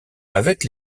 avec